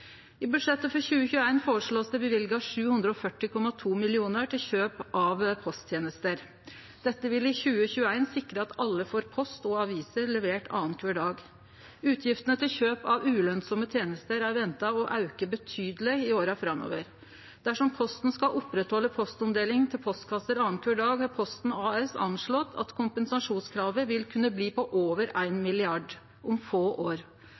I budsjettet for 2021 blir det føreslått å løyve 740,2 mill. kr til kjøp av posttenester. Dette vil i 2021 sikre at alle får post og aviser levert annankvar dag. Utgiftene til kjøp av ulønsame tenester er venta å auke betydeleg i åra framover. Dersom Posten skal halde ved lag postomdeling til postkasser annankvar dag, har Posten AS vurdert at kompensasjonskravet vil kunne bli på over 1 mrd. kr om få år.